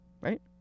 Right